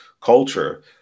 culture